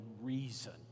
reason